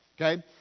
okay